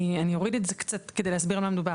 אני אוריד את זה קצת כדי להסביר על מה מדבור.